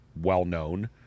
well-known